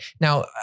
Now